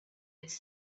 its